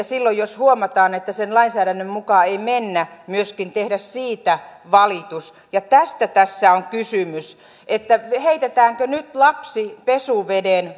silloin jos huomataan että sen lainsäädännön mukaan ei mennä myöskin tehdä siitä valitus tästä tässä on kysymys että heitetäänkö nyt lapsi pesuveden